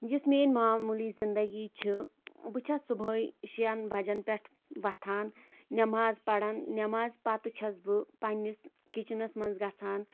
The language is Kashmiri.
یُس میٲنۍ معموٗلی زندگی چھِ بہٕ چھَس صُبحٲے شیٚن بَجَن پٮ۪ٹھ وۄتھان نماز پران نمازِ پتہٕ چھَس بہٕ پَنٛنِس کِچنَس منٛز گژھان